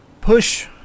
Push